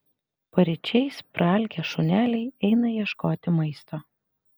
paryčiais praalkę šuneliai eina ieškoti maisto